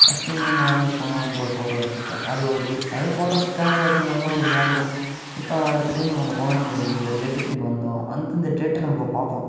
first டைம்மாக மாயனூர் போனோம் அங்கே ஒரு ஃபோட்டோஸ் எடுத்தோம் அது ஒருட்டு அதும் ஃபோட்டோஸ் கேமரால எடுக்கும் போதெலாம் ஒரு நியாபகம் இப்போ அடுத்த டைம் நம்ம அங்கே போனோம் நம்ம இந்த டேட்டுக்கு இங்கே வந்தோம் வந்துட்டு இந்த டேட்டை நம்ம பார்ப்போம்